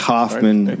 Hoffman